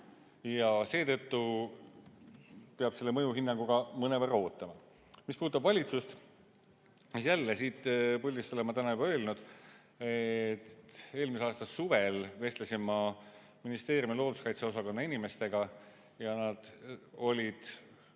Seetõttu peab selle mõjuhinnanguga mõnevõrra ootama. Mis puudutab valitsust, siis jälle, siit puldist olen ma täna juba öelnud, eelmise aasta suvel vestlesin ma ministeeriumi looduskaitse osakonna inimestega ja nad olid